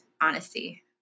honesty